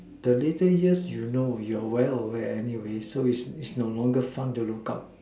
the later years you know you're well aware anyway so is it's no longer fun to look out